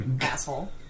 Asshole